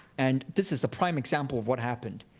and this is a prime example of what happened.